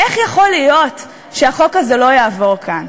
איך יכול להיות שהחוק הזה לא יעבור כאן?